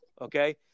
Okay